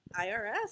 IRS